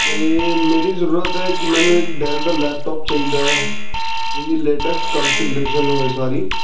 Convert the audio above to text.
ਅਤੇ ਮੇਰੀ ਜ਼ਰੂਰਤ ਹੈ ਕਿ ਮੈਨੂੰ ਇੱਕ ਡੈਲ ਦਾ ਲੈਪਟਾਪ ਚਾਹੀਦਾ ਜਿਹਦੀ ਲੇਟੈਸਟ ਕਨਫੀਗਰੇਸ਼ਨ ਹੋਵੇ ਸਾਰੀ